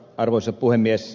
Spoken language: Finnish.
arvoisa puhemies